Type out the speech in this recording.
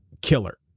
killer